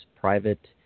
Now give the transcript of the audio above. private